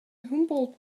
humboldt